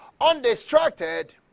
undistracted